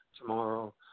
tomorrow